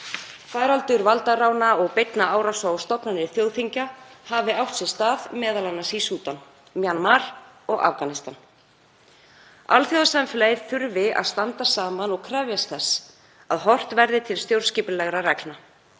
Faraldur valdarána og beinna árása á stofnanir þjóðþinga hafi átt sér stað, m.a. í Súdan, Mjanmar og Afganistan. Alþjóðasamfélagið þurfi að standa saman og krefjast þess að horft verði til stjórnskipulegra reglna.